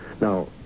Now